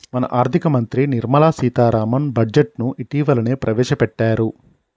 మన ఆర్థిక మంత్రి నిర్మల సీతారామన్ బడ్జెట్ను ఇటీవలనే ప్రవేశపెట్టారు